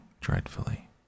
dreadfully